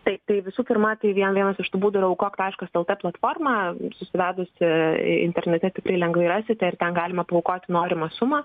taip tai visų pirma tai vieną vienas iš tų būdų yra aukok taškas lt platforma susivedusi internete tikrai lengvai rasite ir ten galima paaukoti norimą sumą